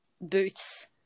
booths